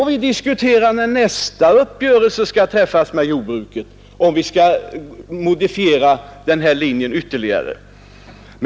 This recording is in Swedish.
Vi får, när nästa uppgörelse skall träffas med jordbruket, diskutera om vi skall modifiera den linjen ytterligare.